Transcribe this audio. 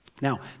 Now